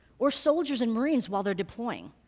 or soldiers and marines while they're deploying.